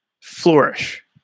flourish